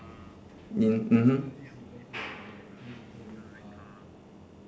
in mmhmm